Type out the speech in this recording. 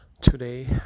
today